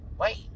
Wait